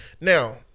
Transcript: Now